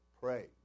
pray